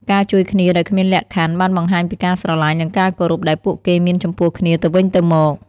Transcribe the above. ការជួយគ្នាដោយគ្មានលក្ខខណ្ឌបានបង្ហាញពីការស្រលាញ់និងការគោរពដែលពួកគេមានចំពោះគ្នាទៅវិញទៅមក។